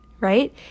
right